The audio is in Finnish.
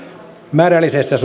määrällisestä